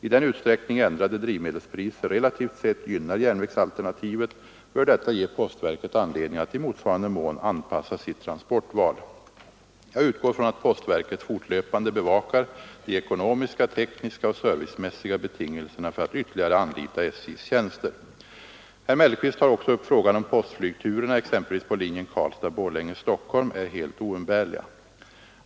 I den utsträckning ändrade drivmedelspriser relativt sett gynnar järnvägsalternativet bör detta ge postverket anledning att i motsvarande mån anpassa sitt transportval. Jag utgår från att postverket fortlöpande bevakar de ekonomiska, tekniska och servicemässiga betingelserna för att ytterligare anlita SJ:s tjänster. Herr Mellqvist tar också upp frågan om postflygturerna, exempelvis på linjen Karlstad—Borlänge—Stockholm, är helt oumbärliga.